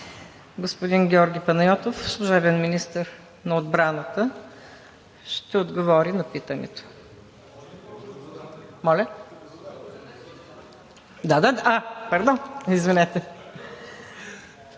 Господин Георги Панайотов – служебен министър на отбраната, ще отговори на питането. (Реплика.) А, пардон, извинете.